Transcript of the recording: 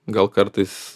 gal kartais